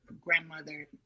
grandmother